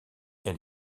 elle